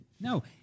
No